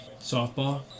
softball